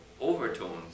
overtones